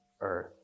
earth